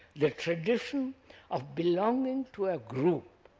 the tradition of belonging to a group,